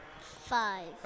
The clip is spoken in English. Five